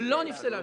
לא נפסלה השאלה.